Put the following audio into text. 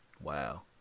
Wow